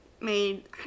made